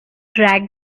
drag